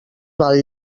val